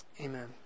Amen